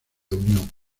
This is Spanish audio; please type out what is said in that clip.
unión